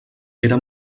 era